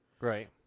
Right